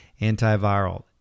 antiviral